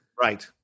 right